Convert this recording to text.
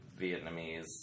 Vietnamese